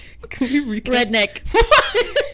redneck